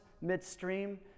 midstream